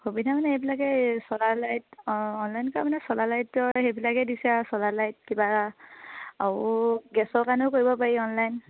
সুবিধা মানে এইবিলাক এই চলাৰ লাইট অঁ অনলাইন কৰা মানে চলাৰ লাইট সেইবিলাকেই দিছে আৰু চলাৰ লাইট কিবা আৰু গেছৰ কাৰণেও কৰিব পাৰি অনলাইন